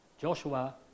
Joshua